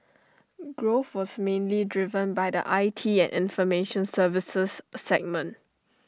growth was mainly driven by the I T and information services segment